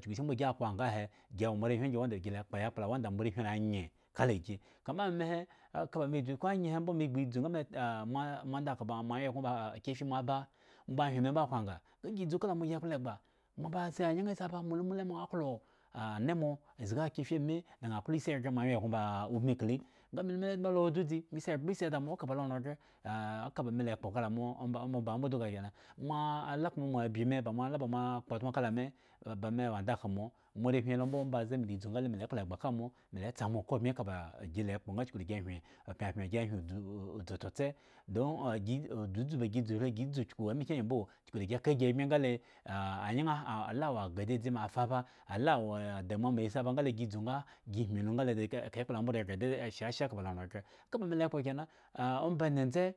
chuku shi mbo gi akwanga ahe, gi wo moarehwin angy wanda ba gi lakpo yakpla wanda moarehwin la anye kala gi. kama ame he ka ba me dzu hi ko anye he mbo megba idzu nga me aha moandakhpo moawyen egŋo ba akefi, moaba, mo bahyen me mbo akwanga nga gi dzu kala mo gikloegba nga mo ba si anyeŋ si aba moalumile mo aklo ah animo azgi akefi ame daŋha aklo isi eghre moawyen egŋo ba ubin kli, nga me luma lo wo dzudzi, me si ehwe si da mo omba mba ŋha mbo duka kena moa moala koma mo abyi me ba moala kpotmokala me ba ba me wo ndakhpo mo, moarehwin hi lo ambo ombaze mela dzu nga le me la ekpla egba ka mo, melatsa mo okabnye eka ba gi la ekpo nga chuku da hyen opyapyan gi hyen odzuudzu tsotse, don agi udzu dzu ba gi dzu hi a gi dzu chuku ekplakyen angyi mbo, chuku da gi ka gi ebmye nga le, anye ŋha ah ala wo agah adzadzi ma asi aba, ala wo adamua ma asi aba nga le gi dzu nga gi hwimu lo nga le ka ekpla ŋha mbo do ghre dede shasha ka lo oranghre kaba me la ekpo kena ah omba dzedze